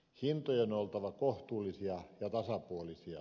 hintojen on oltava kohtuullisia ja tasapuolisia